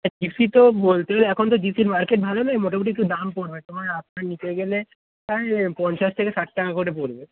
হ্যাঁ জিপসি তো বলতে গেলে এখন তো জিপসির মার্কেট ভালো নেই মোটামুটি একটু দাম পড়বে তোমার আপনার নিতে গেলে প্রায় পঞ্চাশ থেকে ষাট টাকা করে পড়বে